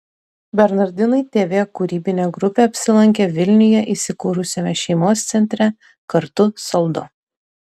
bernardinai tv kūrybinė grupė apsilankė vilniuje įsikūrusiame šeimos centre kartu saldu